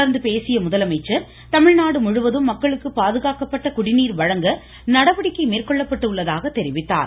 தொடா்ந்து பேசிய முதலமைச்சா் தமிழ்நாடு முழுவதும் மக்களுக்கு பாதுகாக்கப்பட்ட குடிநீர் வழங்க நடவடிக்கை மேற்கொள்ளப்பட்டு உள்ளதாக தெரிவித்தார்